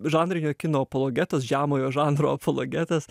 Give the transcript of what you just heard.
žanrinio kino apologetas žemojo žanro apologetas